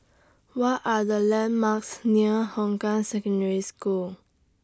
What Are The landmarks near Hong Kah Secondary School